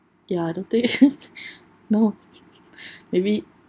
ya I don't know think no maybe